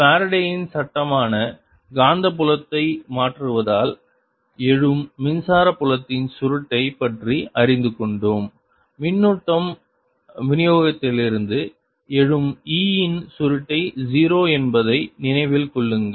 ஃபாரடேயின் Faraday's சட்டமான காந்தப்புலத்தை மாற்றுவதால் எழும் மின்சார புலத்தின் சுருட்டைப் பற்றி அறிந்து கொண்டோம் மின்னூட்டம் விநியோகத்திலிருந்து எழும் E இன் சுருட்டை 0 என்பதை நினைவில் கொள்ளுங்கள்